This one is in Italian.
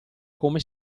come